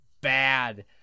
bad